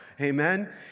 Amen